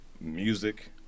music